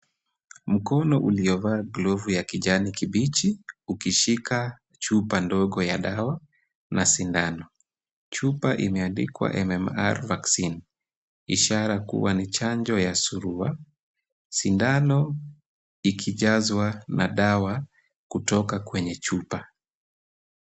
Mkono uliovaa glovu ya kijani kibichi, ukishika chupa ndogo ya dawa na sindano. Chupa imeandikwa MMR Vaccine ishara kuwa ni chanjo ya Surua. Sindano ikijazwa na dawa kutoka kwenye chupa.